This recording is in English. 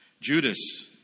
Judas